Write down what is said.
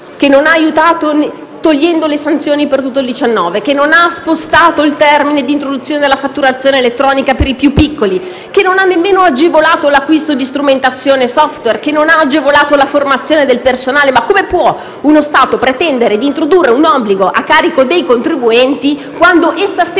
che non ha aiutato eliminando le sanzioni per tutto il 2019, che non ha spostato il termine di introduzione della fatturazione elettronica per i soggetti più piccoli, che non ha nemmeno agevolato l'acquisto di strumentazione *software* e che non ha agevolato la formazione del personale. Come può uno Stato pretendere di introdurre un obbligo a carico dei contribuenti quando esso stesso